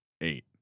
eight